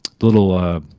little